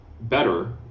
better